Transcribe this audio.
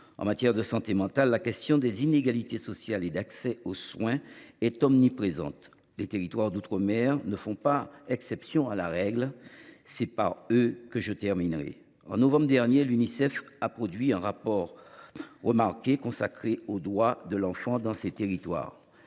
En matière de santé mentale, la question des inégalités sociales et de l’accès aux soins est omniprésente. Les territoires d’outre mer ne font pas exception à la règle. C’est par eux que je terminerai. Au mois de novembre dernier, l’Unicef a produit un rapport, remarqué, consacré aux droits de l’enfant dans ces territoires.